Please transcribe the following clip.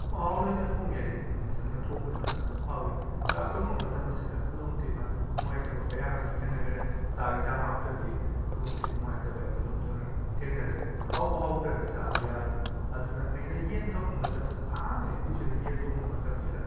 ꯃꯍꯥꯎ ꯂꯩꯅ ꯊꯣꯡꯒꯦꯗꯤ ꯄꯨꯛꯅꯤꯡ ꯆꯪꯅ ꯊꯣꯡꯕꯗꯨꯅ ꯍꯥꯎꯏ ꯆꯥꯛ ꯊꯣꯡꯕ ꯃꯇꯝ ꯑꯁꯤꯗ ꯈꯨꯗꯣꯡꯊꯤꯕ ꯅꯨꯡꯉꯥꯏꯇꯕ ꯀꯌꯥ ꯑꯃꯁꯨ ꯊꯦꯡꯅꯈꯔꯦ ꯆꯥꯛ ꯌꯦꯟꯁꯥꯡ ꯍꯥꯎꯇ꯭ꯔꯗꯤ ꯈꯨꯗꯣꯡꯊꯤꯕ ꯅꯨꯡꯉꯥꯏꯇꯕ ꯍꯥꯏꯗꯣ ꯑꯗꯨꯝ ꯊꯦꯡꯅꯔꯦ ꯍꯥꯎꯕꯨ ꯍꯥꯎꯇ꯭ꯔꯗꯤ ꯆꯥꯕ ꯌꯥꯔꯔꯣꯏ ꯑꯗꯨꯅ ꯑꯩꯅ ꯌꯦꯟ ꯊꯣꯡꯕ ꯃꯇꯝꯁꯤꯗ ꯑꯍꯥꯟꯕ ꯑꯩꯒꯤ ꯄꯨꯟꯁꯤꯗ ꯌꯦꯟ ꯊꯣꯡꯕ ꯃꯇꯝꯁꯤꯗ